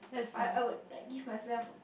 I I would like give myself